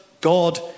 God